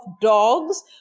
dogs